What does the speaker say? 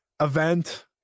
event